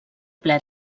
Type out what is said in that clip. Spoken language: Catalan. ple